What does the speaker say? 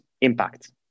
impact